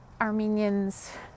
Armenians